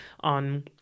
on